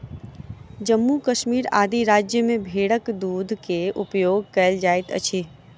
जम्मू कश्मीर आदि राज्य में भेड़क दूध के उपयोग कयल जाइत अछि